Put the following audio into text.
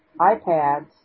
iPads